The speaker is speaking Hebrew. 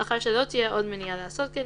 לאחר שלא תהיה עוד מניעה לעשות כן,